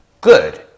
Good